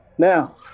Now